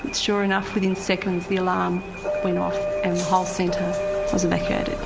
and sure enough within seconds the alarm went off and the whole centre was evacuated.